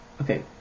Okay